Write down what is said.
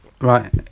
Right